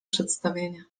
przedstawienie